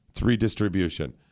redistribution